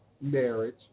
marriage